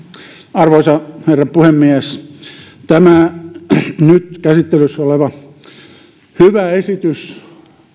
arvoisa herra puhemies tämä nyt käsittelyssä oleva hyvä esitys